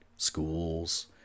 schools